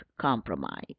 compromise